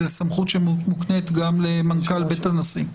היא סמכות שמוקנית גם למנכ"ל בית הנשיא.